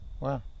Wow